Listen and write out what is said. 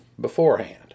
beforehand